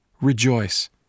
Rejoice